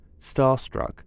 Starstruck